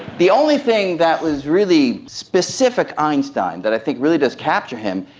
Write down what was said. the only thing that was really specific einstein that i think really does capture him,